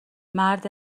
مرد